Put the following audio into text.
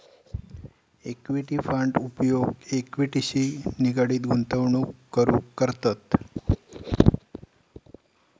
equity fund उपयोग इक्विटीशी निगडीत गुंतवणूक करूक करतत